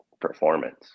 performance